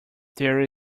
there